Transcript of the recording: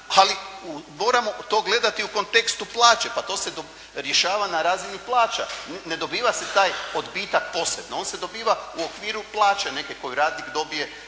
Ali moramo to gledati u kontekstu plaće, pa to se rješava na razini plaća. Ne dobiva se taj odbitak posebno. On se dobiva u okviru plaće neke koju radnik dobije